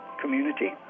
community